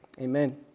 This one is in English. Amen